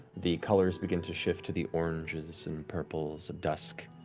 the colors begin to shift to the oranges and purples of dusk.